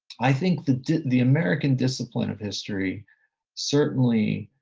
i think the the american discipline of history certainly